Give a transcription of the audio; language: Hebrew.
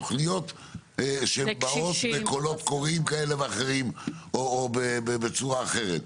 תוכניות שבאות בקולות קוראים כאלה ואחרים או בצורה אחרת?